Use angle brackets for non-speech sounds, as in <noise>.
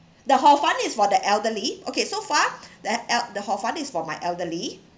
the horfun is for the elderly okay so far <breath> the el~ the horfun is for my elderly